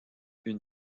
une